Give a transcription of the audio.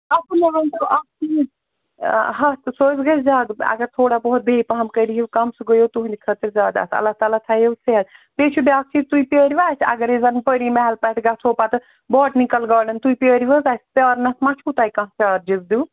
اَچھا مےٚ ؤنۍ تَو اَکھ چیٖز ہَتھ سُہ حظ گژھِ زیادٕ اگر تھوڑا بہت بیٚیہِ پہَم کٔرۍہیٖو کم سُہ گٔیَو تُہٕنٛد خٲطرٕ زیادٕ اَصٕل اللہ تالیٰ تھٲوِو صحت بیٚیہِ چھُ بیٛاکھ چیٖز تُہۍ پرٛٲروا اَسہِ اگرے زَن پٔری محل پٮ۪ٹھ گژھو پَتہٕ باٹنِکَل گارڈَن تُہۍ پرٛٲرِوٕ حظ اَسہِ پرٛارنَس ما چھُو تۄہہِ کانٛہہ چارجِز دِیُن